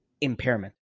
impairment